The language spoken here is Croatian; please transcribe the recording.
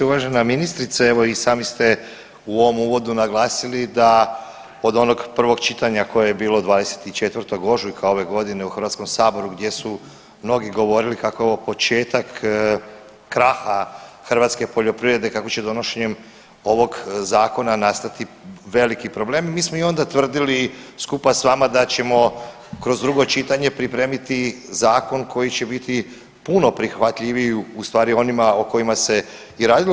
Uvažena ministrice evo i sami ste u ovom uvodu naglasili da od onog prvog čitanja koje je bilo 24. ožujka ove godine u Hrvatskom saboru gdje su mnogi govorili kako je ovo početak kraha hrvatske poljoprivrede, kako će donošenjem ovog zakona nastati veliki problemi, mi smo i onda tvrdili skupa s vama da ćemo kroz drugo čitanje pripremiti zakon koji će biti puno prihvatljiviji u stvari onima o kojima se i radilo.